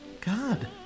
God